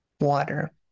water